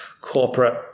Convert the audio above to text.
corporate